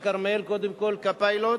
בכרמל, קודם כול, כפיילוט.